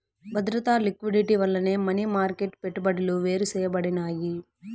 బద్రత, లిక్విడిటీ వల్లనే money market పెట్టుబడులు వేరుసేయబడినాయి